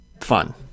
fun